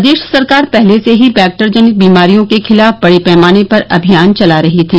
प्रदेश सरकार पहर्ले से ही बैक्टरजनित बीमारियों के खिलाफ बड़े पैमाने पर अभियान चला रही थी